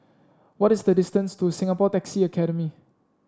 what is the distance to Singapore Taxi Academy